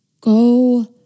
Go